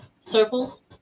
circles